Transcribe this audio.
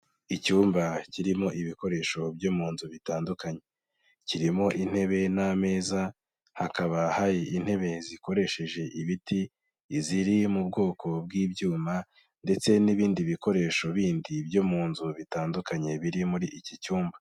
Icyumba kirimo ibikoresho byo mu nzu bitandukanye, kirimo intebe n'ameza, hakaba hari intebe zikoresheje ibiti, iziri mu bwoko bw'ibyuma ndetse n'ibindi bikoresho bindi byo mu nzu bitandukanye biri muri iki cyumba.